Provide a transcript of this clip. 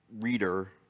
reader